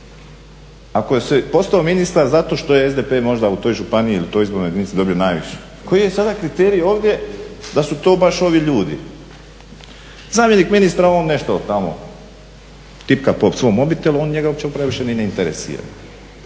Ako je postao ministar zato što je SDP možda u toj županiji ili toj izbornoj jedinici dobio najviše, koji je sada kriterij ovdje da su to baš ovi ljudi. Zamjenik ministra on nešto tamo tipka po svom mobitelu, njega uopće previše ni ne interesira.